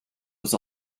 was